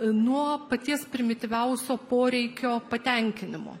nuo paties primityviausio poreikio patenkinimo